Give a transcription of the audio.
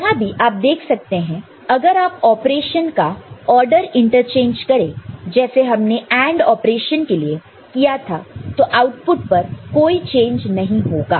यहां भी आप देख सकते हैं कि अगर आप ऑपरेशन का आर्डर इंटरचेंज करें जैसे हमने AND ऑपरेशन के लिए किया था तो आउटपुट पर कोई चेंज नहीं होगा